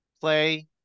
play